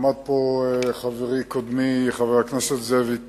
עמד פה חברי, קודמי, חבר הכנסת זאביק בילסקי,